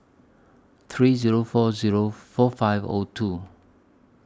three Zero four Zero four five O two